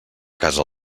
casa